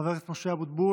חבר הכנסת משה אבוטבול,